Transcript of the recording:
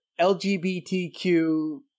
LGBTQ